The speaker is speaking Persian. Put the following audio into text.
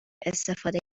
استفاده